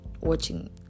watching